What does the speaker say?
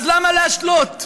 אז למה להשלות?